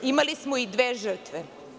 Imali smo i dve žrtve.